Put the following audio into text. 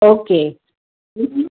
okay हं हं